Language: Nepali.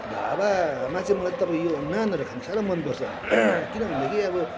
ढाबामा चाहिँ मलाई तपाईँको यो नानहरू खान साह्रो मनपर्छ किन भन्दाखेरि अब